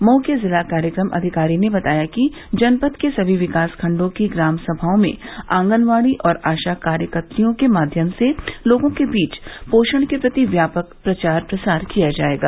मऊ के जिला कार्यक्रम अधिकारी ने बताया कि जनपद के समी विकास खण्डों की ग्राम समाओं में आंगनबाड़ी और आशा कार्यकत्रियों के माध्यम से लोगों के बीच पोषण के प्रति व्यापक प्रचार प्रसार किया जायेगा